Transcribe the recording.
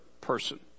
person